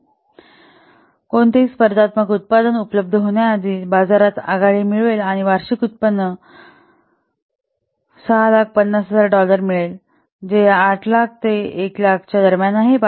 तर त्याचा फायदा होईल याचा अर्थ असा होतो की सर्वेक्षणानुसार कोणतेही स्पर्धात्मक उत्पादन उपलब्ध होण्याआधी बाजारात आघाडी मिळवेल आणि वार्षिक उत्पन्न 650000 डॉलर मिळेल जे या 8000000 ते १0000 च्या दरम्यान आहे